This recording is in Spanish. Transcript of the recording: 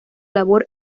labor